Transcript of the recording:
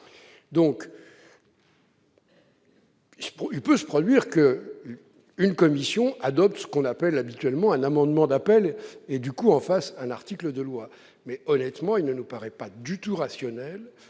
Il peut se produire qu'une commission adopte ce que l'on nomme habituellement un amendement d'appel et, du coup, en fasse un article de loi. Mais honnêtement, il ne nous paraît pas du tout rationnel